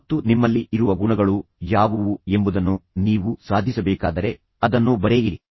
ಮತ್ತು ನಿಮ್ಮಲ್ಲಿ ಇರುವ ಗುಣಗಳು ಯಾವುವು ಎಂಬುದನ್ನು ನೀವು ಸಾಧಿಸಬೇಕಾದರೆ ಅದನ್ನು ಬರೆಯಿರಿ